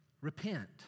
repent